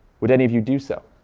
would any of you do so?